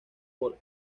por